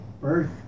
birth